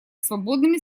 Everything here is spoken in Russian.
свободными